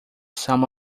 some